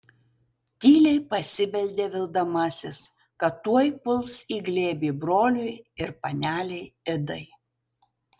tyliai pasibeldė vildamasis kad tuoj puls į glėbį broliui ir panelei idai